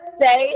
say